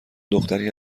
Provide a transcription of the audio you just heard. دختری